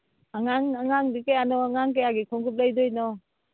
ꯑꯉꯥꯡ ꯑꯉꯥꯡꯗꯤ ꯀꯌꯥꯅꯣ ꯑꯉꯥꯡ ꯀꯌꯥꯒꯤ ꯈꯣꯡꯎꯞ ꯂꯩꯗꯣꯏꯅꯣ